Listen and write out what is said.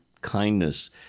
kindness